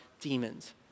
demons